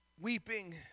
weeping